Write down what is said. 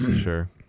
sure